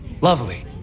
Lovely